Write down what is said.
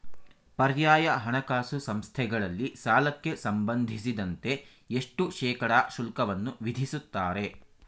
ಪರ್ಯಾಯ ಹಣಕಾಸು ಸಂಸ್ಥೆಗಳಲ್ಲಿ ಸಾಲಕ್ಕೆ ಸಂಬಂಧಿಸಿದಂತೆ ಎಷ್ಟು ಶೇಕಡಾ ಶುಲ್ಕವನ್ನು ವಿಧಿಸುತ್ತಾರೆ?